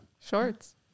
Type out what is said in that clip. Shorts